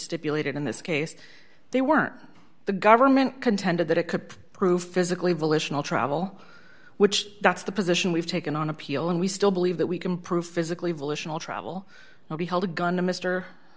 stipulated in this case they weren't the government contended that it could prove physically volitional travel which that's the position we've taken on appeal and we still believe that we can prove physically volitional travel will be held a gun to mr